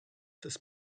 des